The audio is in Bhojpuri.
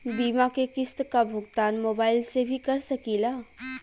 बीमा के किस्त क भुगतान मोबाइल से भी कर सकी ला?